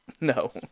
No